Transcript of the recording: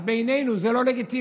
אז בעינינו זה לא לגיטימי.